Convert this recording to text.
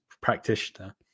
practitioner